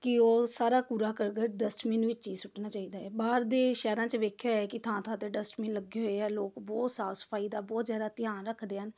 ਕਿ ਉਹ ਸਾਰਾ ਕੂੜਾ ਕਰਕਟ ਡਸਟਬੀਨ ਵਿੱਚ ਹੀ ਸੁੱਟਣਾ ਚਾਹੀਦਾ ਹੈ ਬਾਹਰ ਦੇ ਸ਼ਹਿਰਾਂ 'ਚ ਵੇਖਿਆ ਹੋਇਆ ਕਿ ਥਾਂ ਥਾਂ 'ਤੇ ਡਸਟਬੀਨ ਲੱਗੇ ਹੋਏ ਆ ਲੋਕ ਬਹੁਤ ਸਾਫ਼ ਸਫ਼ਾਈ ਦਾ ਬਹੁਤ ਜ਼ਿਆਦਾ ਧਿਆਨ ਰੱਖਦੇ ਹਨ